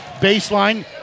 Baseline